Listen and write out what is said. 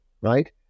right